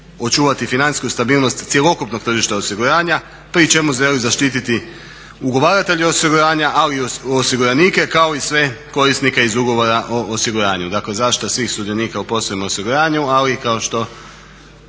očuvati financijsku stabilnosti cjelokupnog tržišta osiguranja pri čemu želi zaštiti ugovaratelja osiguranja, ali i osiguranike kao i sve korisnike iz ugovora o osiguranju, dakle zaštita svih sudionika u poslovima osiguranja ali i kao što